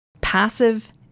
passive